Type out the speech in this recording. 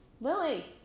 lily